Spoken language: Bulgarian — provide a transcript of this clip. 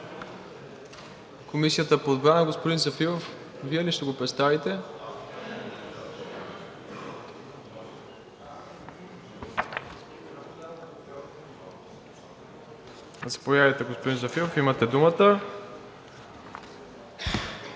Комисията по отбрана? Господин Зафиров, Вие ли ще го представите? Заповядайте, имате думата.